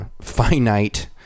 finite